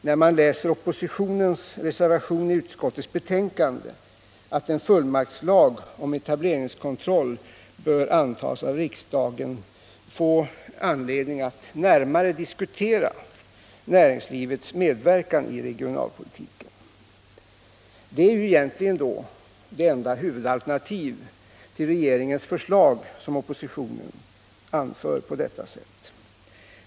När man läser oppositionens reservation till utskottets betänkande om att en fullmaktslag om etableringskontroll bör införas av riksdagen, kan man i och för sig få anledning att närmare diskutera näringslivets medverkan i regionalpolitiken. Det här är ju det enda huvudalternativet till regeringens förslag som oppositionen framför.